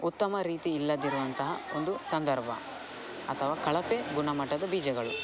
ಉತ್ತಮ ರೀತಿ ಇಲ್ಲದಿರುವಂತಹ ಒಂದು ಸಂದರ್ಭ ಅಥವಾ ಕಳಪೆ ಗುಣಮಟ್ಟದ ಬೀಜಗಳು